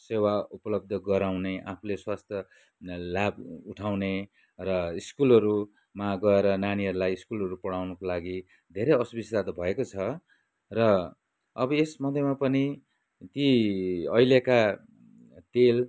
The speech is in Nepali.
सेवा उपलब्ध गराउने आफूले स्वास्थ्य लाभ उठाउने र स्कुलहरूमा गएर नानीहरूलाई स्कुलहरू पढाउनुको लागि धेरै असुविस्ता त भएको छ र अब यसमध्यमा पनि ती अहिलेका तेल